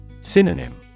Synonym